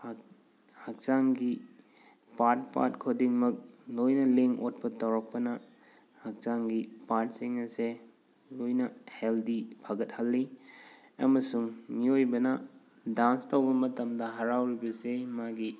ꯍꯛꯆꯥꯡꯒꯤ part part ꯈꯨꯗꯤꯡꯃꯛ ꯂꯣꯏꯅ ꯂꯦꯡ ꯑꯣꯠꯄ ꯇꯧꯔꯛꯄꯅ ꯍꯛꯆꯥꯡꯒꯤ ꯄꯥꯔꯠꯁꯤꯡ ꯑꯁꯦ ꯂꯣꯏꯅ ꯍꯦꯜꯗꯤ ꯐꯒꯠꯍꯜꯂꯤ ꯑꯃꯁꯨꯡ ꯃꯤꯑꯣꯏꯕꯅ ꯗꯥꯟꯁ ꯇꯧꯕ ꯃꯇꯝꯗ ꯍꯔꯥꯎꯔꯤꯕꯁꯦ ꯃꯥꯒꯤ